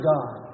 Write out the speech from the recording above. God